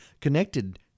connected